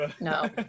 no